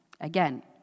Again